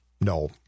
No